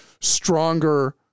stronger